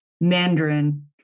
Mandarin